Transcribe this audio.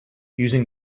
using